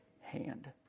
hand